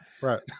right